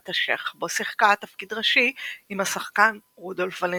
"השייח" בו שיחקה תפקיד ראשי עם השחקן רודולף ולנטינו.